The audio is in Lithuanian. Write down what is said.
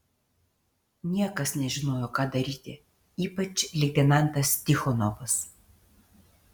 niekas nežinojo ką daryti ypač leitenantas tichonovas